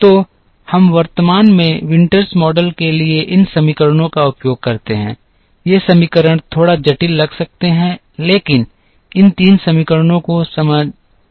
तो हम वर्तमान में विंटर्स मॉडल के लिए इन समीकरणों का उपयोग करते हैं ये समीकरण थोड़ा जटिल लग सकते हैं लेकिन इन 3 समीकरणों को समझाना आसान है